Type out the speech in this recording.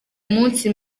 munsi